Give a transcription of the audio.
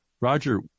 Roger